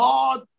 Lord